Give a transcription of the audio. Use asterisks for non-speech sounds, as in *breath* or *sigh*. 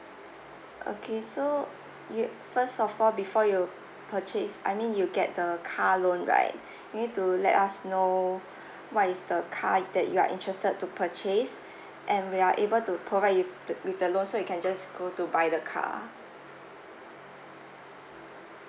*breath* okay so you first of all before you purchase I mean you get the car loan right *breath* you need to let us know *breath* what is the car that you are interested to purchase *breath* and we are able to provide you with the with the loan so you can just go to buy the car